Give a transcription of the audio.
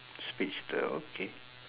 speedster okay